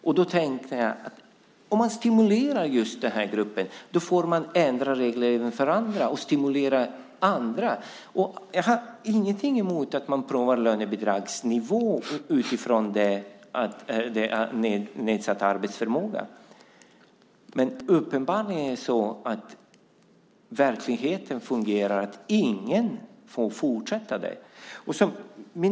Jag tycker att om man stimulerar just den gruppen får man ändra reglerna och stimulera även andra. Jag har ingenting emot att man prövar lönebidragsnivån utifrån den nedsatta arbetsförmågan. Men uppenbarligen fungerar det i verkligheten så att ingen av dem får fortsätta att arbeta efter 65.